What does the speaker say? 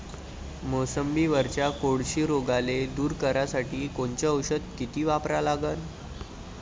मोसंबीवरच्या कोळशी रोगाले दूर करासाठी कोनचं औषध किती वापरा लागन?